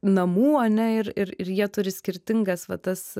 namų ane ir ir ir jie turi skirtingas va tas